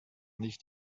nicht